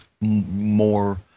more